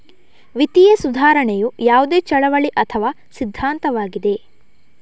ವಿತ್ತೀಯ ಸುಧಾರಣೆಯು ಯಾವುದೇ ಚಳುವಳಿ ಅಥವಾ ಸಿದ್ಧಾಂತವಾಗಿದೆ